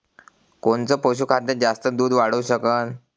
कोनचं पशुखाद्य जास्त दुध वाढवू शकन?